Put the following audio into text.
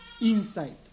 inside